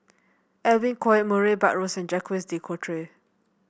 Edwin Koek Murray Buttrose and Jacques De Coutre